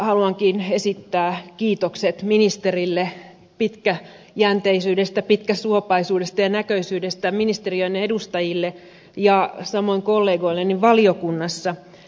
haluankin esittää kiitokset pitkäjänteisyydestä pitkäsuopaisuudesta ja näköisyydestä ministerille ministeriön edustajille ja samoin kollegoilleni valiokunnassa